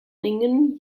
ringen